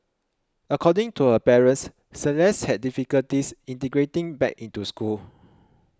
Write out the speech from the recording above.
according to her parents Celeste had difficulties integrating back into school